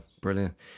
brilliant